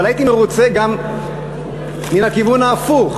אבל הייתי מרוצה גם מן הכיוון ההפוך,